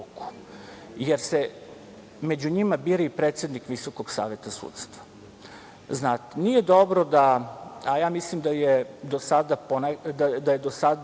jer se među njima bira i predsednik Visokog saveta sudstva. Znate, nije dobro da, a mislim da je do sada to u